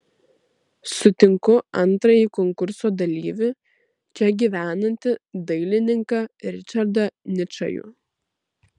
sutinku antrąjį konkurso dalyvį čia gyvenantį dailininką ričardą ničajų